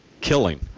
killing